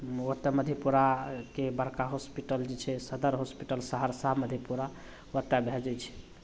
ओतय मधेपुराके बड़का हॉस्पिटल जे छै सदर हॉस्पिटल सहरसा मधेपुरा ओतय भेजै छै